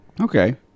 Okay